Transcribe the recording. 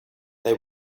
they